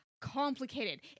complicated